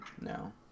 No